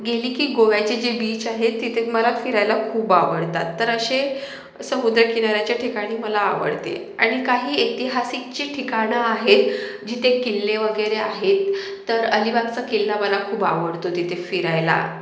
गेली की गोव्याचे जे बीच आहे तिथे मला फिरायला खूप आवडतात तर असे असं होतं किनाऱ्याच्या ठिकाणी मला आवडते आणि काही ऐतिहासिक जी ठिकाणं आहेत जिथे किल्ले वगैरे आहेत तर अलिबागचा किल्ला मला खूप आवडतो तिथे फिरायला